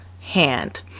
hand